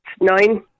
nine